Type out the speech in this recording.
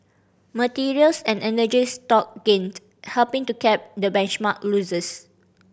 materials and energy stock gained helping to cap the benchmark's losses